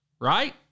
right